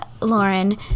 lauren